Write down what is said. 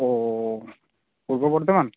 ᱳᱻ Purba Bardhaman